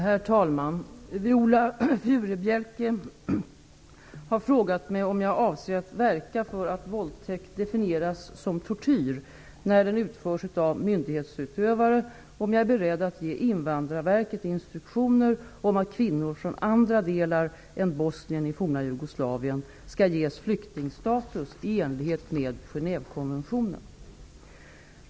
Herr talman! Viola Furubjelke har frågat mig om jag avser att verka för att våldtäkt definieras som tortyr när den utförs av myndighetsutövare och om jag är beredd att ge Invandrarverket instruktioner om att kvinnor från andra delar än Bosnien i forna Genèvekonventionen.